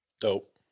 dope